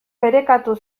ferekatu